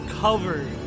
covered